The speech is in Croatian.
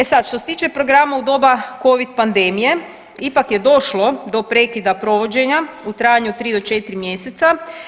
A sad, što se tiče programa u doba Covid pandemije ipak je došlo do prekida provođenja u trajanju od 3 do 4 mjeseca.